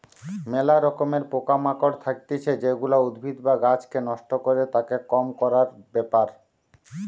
ম্যালা রকমের পোকা মাকড় থাকতিছে যেগুলা উদ্ভিদ বা গাছকে নষ্ট করে, তাকে কম করার ব্যাপার